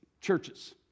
churches